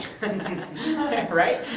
right